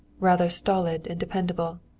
rather stolid and dependable.